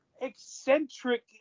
eccentric